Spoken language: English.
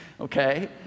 Okay